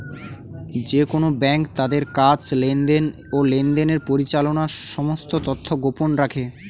যেকোন ব্যাঙ্ক তাদের কাজ, লেনদেন, ও লেনদেনের পরিচালনার সমস্ত তথ্য গোপন রাখে